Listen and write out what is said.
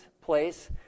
place